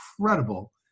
incredible